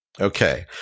Okay